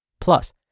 Plus